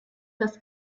das